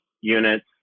units